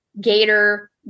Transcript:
gator